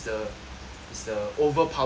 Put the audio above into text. is the overpowered weapon